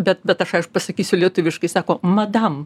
bet bet aš pasakysiu lietuviškai sako madam